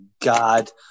God